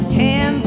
ten